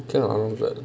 okay lah with that